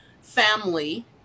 family